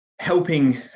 helping